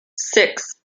six